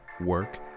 work